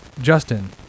Justin